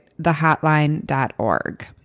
thehotline.org